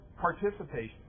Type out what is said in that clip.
participation